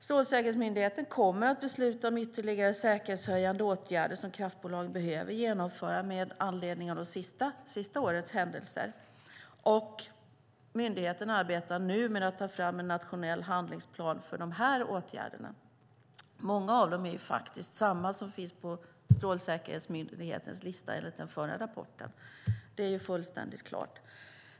Strålsäkerhetsmyndigheten kommer att besluta om ytterligare säkerhetshöjande åtgärder som kraftbolagen behöver genomföra med anledning av det senaste årets händelser, och myndigheten arbetar nu med att ta fram en nationell handlingsplan för de åtgärderna. Många av dem är faktiskt samma som finns på Strålsäkerhetsmyndighetens lista enligt den förra rapporten. Det är fullständigt klart.